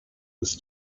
was